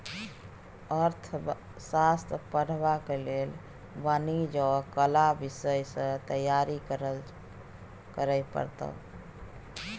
अर्थशास्त्र पढ़बाक लेल वाणिज्य आ कला विषय सँ तैयारी करय पड़तौ